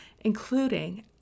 including